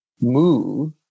move